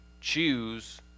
choose